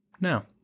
now